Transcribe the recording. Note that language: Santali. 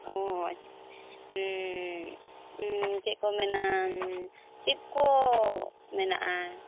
ᱚ ᱪᱮᱫ ᱠᱚ ᱢᱮᱱᱟ ᱪᱮᱫ ᱠᱚ ᱢᱮᱱᱟᱜᱼᱟ